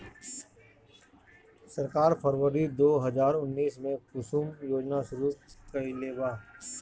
सरकार फ़रवरी दो हज़ार उन्नीस में कुसुम योजना शुरू कईलेबा